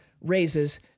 raises